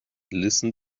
listen